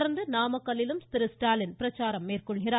தொடர்ந்து நாமக்கல்லிலும் அவர் பிரச்சாரம் மேற்கொள்கிறார்